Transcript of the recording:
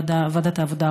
ועדת העבודה,